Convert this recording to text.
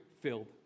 filled